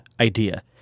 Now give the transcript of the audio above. idea